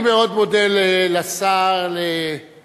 אני מאוד מודה לשר להגנת